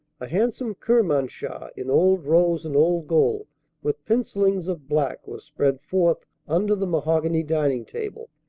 a handsome kermanshah in old rose and old gold with pencillings of black was spread forth under the mahogany dining-table,